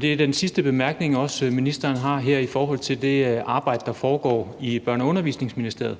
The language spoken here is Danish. Det er den sidste bemærkning, ministeren har her i forhold til det arbejde, der foregår i Børne- og Undervisningsministeriet,